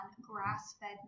grass-fed